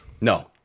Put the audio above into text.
No